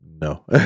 no